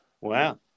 Wow